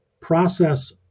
process